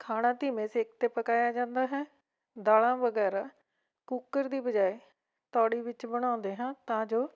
ਖਾਣਾ ਧੀਮੇ ਸੇਕ 'ਤੇ ਪਕਾਇਆ ਜਾਂਦਾ ਹੈ ਦਾਲਾਂ ਵਗੈਰਾ ਕੁੱਕਰ ਦੀ ਬਜਾਏ ਤੌੜੀ ਵਿੱਚ ਬਣਾਉਂਦੇ ਹਾਂ ਤਾਂ ਜੋ